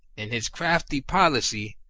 in his crafty policy,